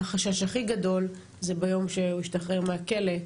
החשש הכי גדול הוא ביום שהוא ישתחרר מהכלא,